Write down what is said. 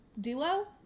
duo